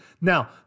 Now